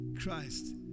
Christ